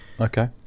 Okay